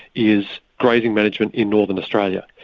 is grazing management in northern australia.